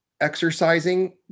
exercising